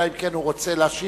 אלא אם כן הוא רוצה להשיב,